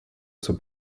zur